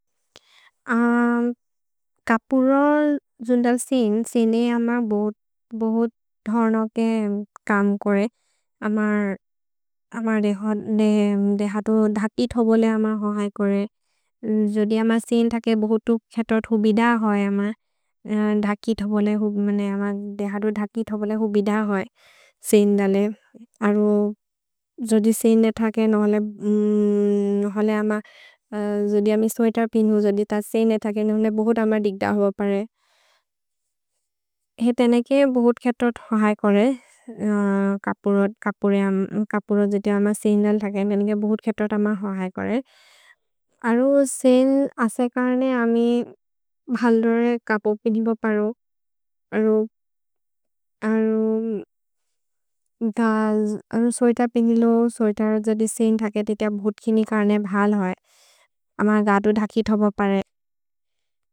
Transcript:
कपुर जुन्दल् सेन्, सेने अम बहुत् धर्नके कम् कोरे। अमर् देहतो धकिथ् हो बोले अम हो है कोरे। जोदि अम सेने थके बहुतु खेतोथ् हो बिद होइ अम। धकिथ् हो बोले, मने अम देहतो धकिथ् हो बोले हो बिद होइ। सेने धले। अरो जोदि सेने थके नहोले, नहोले अम जोदि अमि स्वेअतेर् पिनु जोदि त सेने थके नहोले बहुत् अम दिग्द हो बरे। हेते नेके बहुत् खेतोथ् हो है कोरे। कपुर, कपुर जोदि अम सेने धले थके नेके बहुत् खेतोथ् अम हो है कोरे। अरो सेने अस कर्ने अमि भल्दोरे कपु पिनु ब परो। अरो, अरो, गाज्, अरो स्वेअतेर् पिनुलो स्वेअतेर् जोदि सेने थके नेके बहुत् खिनि कर्ने भल् होइ। अमर् देहतो धकिथ् हो बो परे।